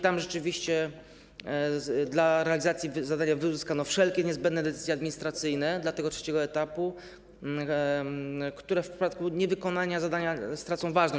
Tam rzeczywiście w celu realizacji zadania uzyskano niezbędne decyzje administracyjne dla tego trzeciego etapu, które w przypadku niewykonania zadania stracą ważność.